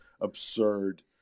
absurd